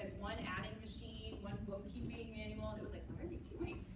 one adding machine. one bookkeeping annual. and it was like, what are you doing?